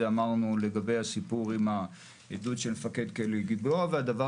אמרנו לגבי הסיפור עם העדות של מפקד כלא גלבוע; והדבר